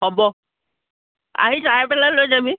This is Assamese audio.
হ'ব আহি চাই পেলাই লৈ যাবি